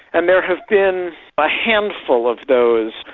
and there have been a handful of those,